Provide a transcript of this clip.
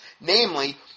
namely